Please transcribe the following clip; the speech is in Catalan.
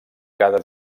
cada